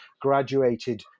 graduated